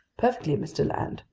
perfectly, mr. land.